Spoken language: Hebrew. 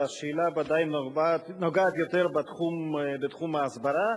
השאלה ודאי נוגעת יותר בתחום ההסברה.